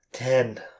Ten